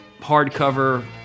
hardcover